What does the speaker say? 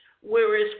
whereas